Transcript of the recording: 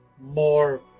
more